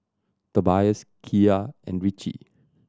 Tobias Kiya and Richie